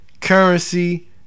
Currency